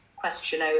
question